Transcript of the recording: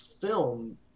film